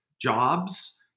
jobs